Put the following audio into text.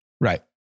right